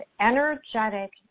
energetic